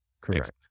Correct